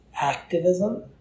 activism